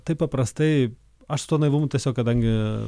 taip paprastai aš su tuo naivumu tiesiog kadangi